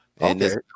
Okay